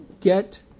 get